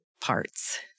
parts